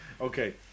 Okay